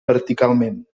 verticalment